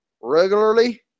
regularly